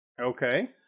Okay